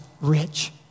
rich